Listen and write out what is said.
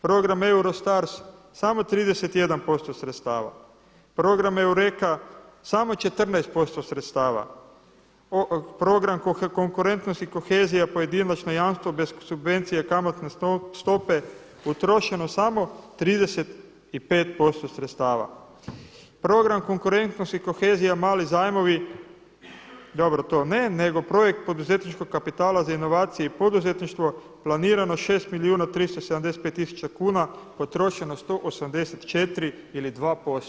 Program Eurostars samo 31% sredstava, program Eureka samo 14% sredstava, program Konkurentnosti i kohezija pojedinačna jamstva bez subvencija i kamatne stope utrošeno samo 35% sredstava, program Konkurentnost i kohezija mali zajmovi dobro to ne, nego projekt Poduzetničkog kapitala za inovacije i poduzetništvo planirano 6 milijuna 375 tisuća kuna, potrošeno 184 ili 2%